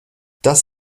das